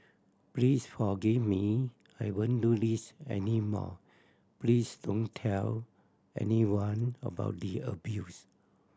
please forgive me I won't do this any more please don't tell anyone about the abuse